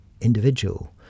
individual